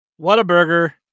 Whataburger